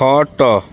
ଖଟ